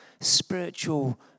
spiritual